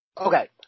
Okay